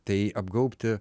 tai apgaubti